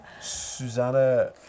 Susanna